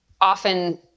often